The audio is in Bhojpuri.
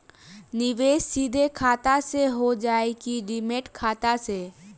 निवेश सीधे खाता से होजाई कि डिमेट खाता से?